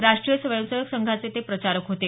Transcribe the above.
राष्टीय स्वयंसेवक संघाचे ते प्रचारक होते